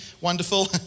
Wonderful